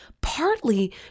partly